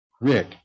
Rick